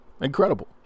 incredible